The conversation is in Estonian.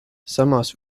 samas